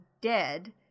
dead